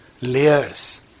layers